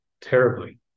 terribly